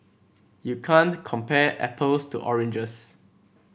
you can't compare apples to oranges